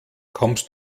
kommst